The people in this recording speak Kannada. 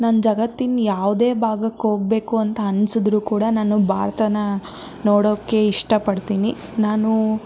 ನಾನು ಜಗತ್ತಿನ ಯಾವುದೇ ಭಾಗಕ್ಕೆ ಹೋಗ್ಬೇಕು ಅಂತ ಅನ್ಸಿದ್ರು ಕೂಡ ನಾನು ಭಾರತನ ನೋಡೋಕ್ಕೆ ಇಷ್ಟಪಡ್ತೀನಿ ನಾನು